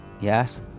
Yes